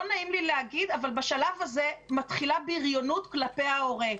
לא נעים לי להגיד אבל בשלב הזה מתחילה בריונות כלפי ההורה.